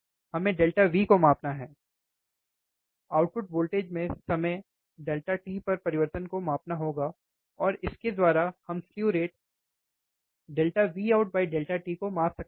हमें ΔV को मापना होगा आउटपुट वोल्टेज में समय t पर परिवर्तन को मापना होगा और इसके द्वारा हम स्लु रेट Vout t को माप सकते हैं